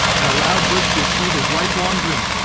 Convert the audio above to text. and allowed bush to achieve his lifelong dream.